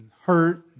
hurt